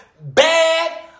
bad